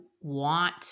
want